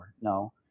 No